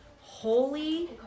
holy